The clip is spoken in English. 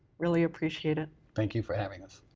really appreciate it. thank you for having us.